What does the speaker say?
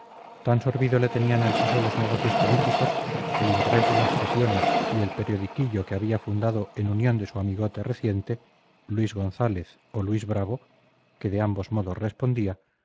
tan sorbido le tenían el seso los negocios políticos el interés de las sesiones y el periodiquillo que había fundado en unión de su amigote reciente luis gonzález o luis brabo que de ambos modos respondía